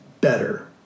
better